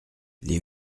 les